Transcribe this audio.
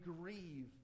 grieve